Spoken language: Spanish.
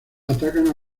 atacan